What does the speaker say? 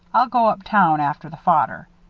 i'll go up town after the fodder.